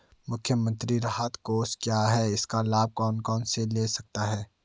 मुख्यमंत्री राहत कोष क्या है इसका लाभ कौन कौन ले सकता है?